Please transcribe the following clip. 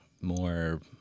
more